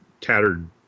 tattered